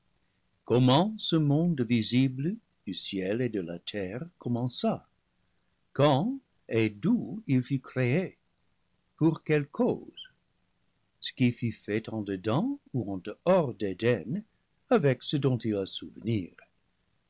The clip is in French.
comment ce monde visible du ciel et de la terre commença quand et d'où il fut créé pour quelle cause ce qui fut fait en dedans ou en dehors d'éden avec ce dont il a souvenir